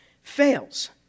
fails